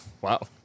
Wow